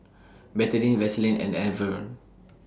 Betadine Vaselin and Enervon